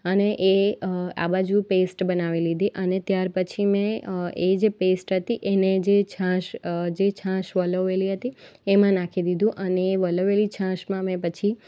અને એ આ બાજુ પેસ્ટ બનાવી લીધી અને ત્યારપછી મેં એ જે પેસ્ટ હતી એને જે છાશ જે છાસ વલોવેલી હતી એમાં નાખી દીધું અને એ વલોવેલી છાશમાં મેં પછી